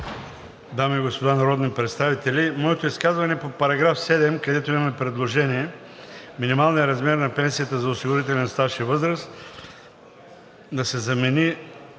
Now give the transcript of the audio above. дами и господа народни представители! Моето изказване е по § 7, където имаме предложение – минималният размер на пенсията за осигурителен стаж и възраст да се замени: